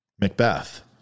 Macbeth